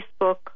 Facebook